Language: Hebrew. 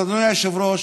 אז אדוני היושב-ראש,